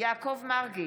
יעקב מרגי,